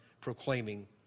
proclaiming